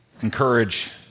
encourage